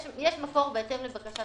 יש מקור, בהתאם לבקשת